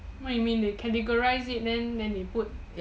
what you mean they categorise it then then they put